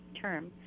term